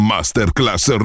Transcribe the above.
Masterclass